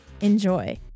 Enjoy